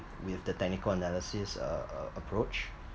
with the technical analysis uh uh approach